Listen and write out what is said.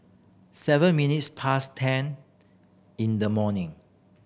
seven minutes past ten in the morning